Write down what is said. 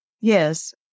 Yes